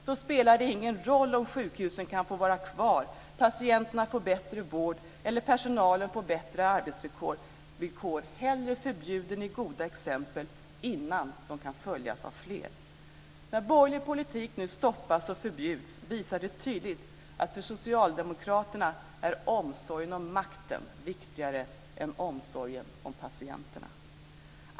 Då spelar det ingen roll om sjukhusen kan få vara kvar, patienterna får bättre vård eller personalen får bättre arbetsvillkor. Hellre förbjuder ni goda exempel innan de kan följas av fler. När borgerlig politik nu stoppas och förbjuds visar det tydligt att för socialdemokraterna är omsorgen om makten viktigare än omsorgen om patienterna.